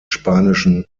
spanischen